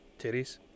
Titties